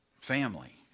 family